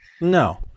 No